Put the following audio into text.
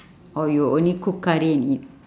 or you will only cook curry and eat